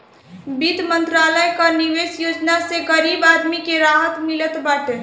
वित्त मंत्रालय कअ निवेश योजना से गरीब आदमी के राहत मिलत बाटे